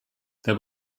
there